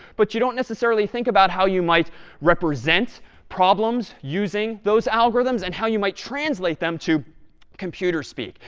but you don't necessarily think about how you might represent problems using those algorithms and how you might translate them to computer speak.